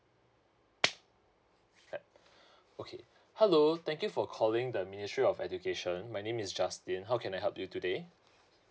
eh okay hello thank you for calling the ministry of education my name is justin how can I help you today